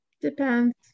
Depends